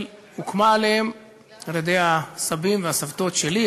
הוקמה עליהם על-ידי הסבים והסבתות שלי,